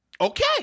Okay